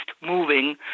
moving